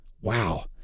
Wow